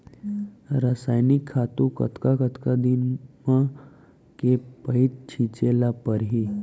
रसायनिक खातू कतका कतका दिन म, के पइत छिंचे ल परहि?